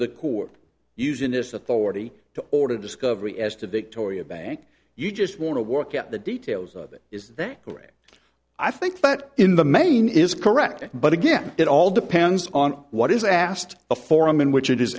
the court using this authority to order discovery as to victoria bank you just want to work out the details of it is that correct i think but in the main is correct but again it all depends on what is asked a forum in which